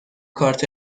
کارت